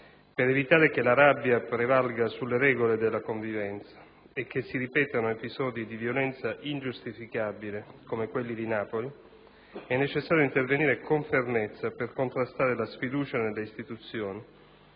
per evitare che la rabbia prevalga sulle regole della convivenza e che si ripetano episodi di violenza ingiustificabile come quelli di Napoli, è necessario intervenire con fermezza per contrastare la sfiducia nelle istituzioni